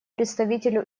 представителю